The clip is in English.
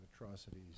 atrocities